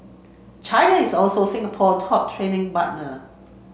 China is also Singapore top trading partner